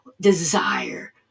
desire